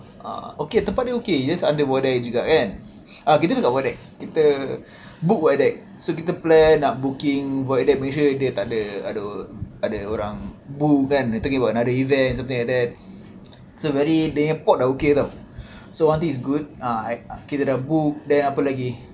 uh okay tempat dia okay just under void deck juga kan uh kita ambil kat void deck kita book void deck so kita plan nak booking void deck malaysia dia tak ada ada ada orang book kan they're taking up other events something like that it's very dia punya port dah okay [tau] so one thing's uh kita dah book then apa lagi